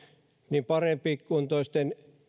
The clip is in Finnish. niin parempikuntoisten